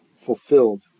Fulfilled